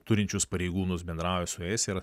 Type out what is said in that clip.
turinčius pareigūnus bendrauja su jais ir